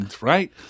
Right